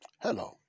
Hello